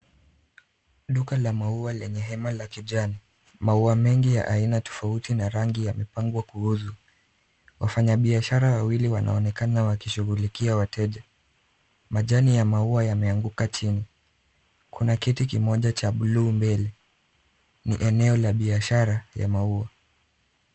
Duka la maua lenye hema la kijani. Maua mengi ya aina tofauti na rangi yamepangwa vizuri. Wafanyabiashara wawili wanaonekana wakishughulikia wateja. Majani ya maua ameanguka chini. Kuna kiti kimoja cha bluu mbele. Ni eneo la biashara ya maua.